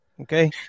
Okay